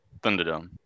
Thunderdome